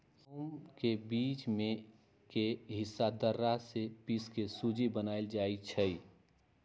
गहुम के बीच में के हिस्सा दर्रा से पिसके सुज्ज़ी बनाएल जाइ छइ